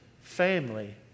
family